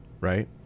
right